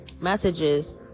messages